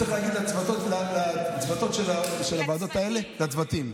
צריך להגיד לצוותות של הוועדות האלה, לצוותים.